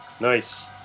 Nice